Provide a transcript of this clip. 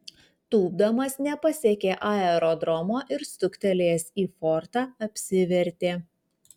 tūpdamas nepasiekė aerodromo ir stuktelėjęs į fortą apsivertė